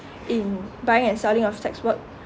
in buying and selling of sex work